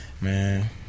Man